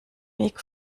weg